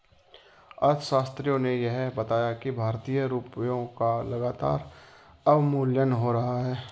अर्थशास्त्रियों ने यह बताया कि भारतीय रुपयों का लगातार अवमूल्यन हो रहा है